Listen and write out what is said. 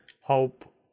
hope